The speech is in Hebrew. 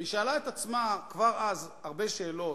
והיא שאלה את עצמה כבר אז הרבה שאלות: